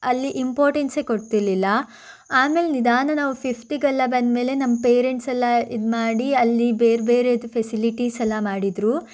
ಅಲ್ಲಿ ಇಂಪೋರ್ಟೆನ್ಸೇ ಕೊಡ್ತಿರ್ಲಿಲ್ಲ ಆಮೇಲೆ ನಿಧಾನ ನಾವು ಫಿಫ್ತ್ಗೆಲ್ಲ ಬಂದಮೇಲೆ ನಮ್ಮ ಪೇರೆಂಟ್ಸೆಲ್ಲ ಇದು ಮಾಡಿ ಅಲ್ಲಿ ಬೇರೆ ಬೇರೆದು ಫೆಸಿಲಿಟೀಸೆಲ್ಲ ಮಾಡಿದರು